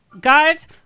guys